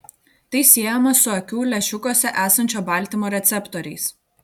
tai siejama su akių lęšiukuose esančio baltymo receptoriais